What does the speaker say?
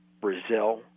Brazil